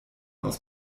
aus